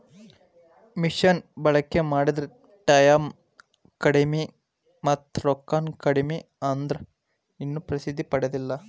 ಮಿಷನ ಬಳಕಿ ಮಾಡಿದ್ರ ಟಾಯಮ್ ಕಡಮಿ ಮತ್ತ ರೊಕ್ಕಾನು ಕಡಮಿ ಆದ್ರ ಇನ್ನು ಪ್ರಸಿದ್ದಿ ಪಡದಿಲ್ಲಾ